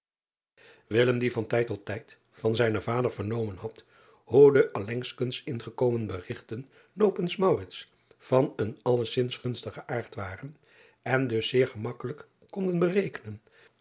die van tijd tot tijd van zijnen vader vernomen had hoe de allengskens ingekomen berigten nopens van een allezins gunstigen aard waren en dus zeer gemakkelijk kon berekenen